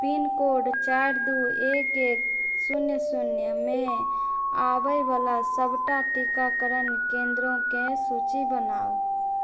pin code चारि दू एक एक शून्य शून्य मे आबै बला सभटा टीकाकरण केन्द्रोके सूची बनाउ